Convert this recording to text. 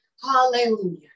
Hallelujah